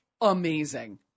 amazing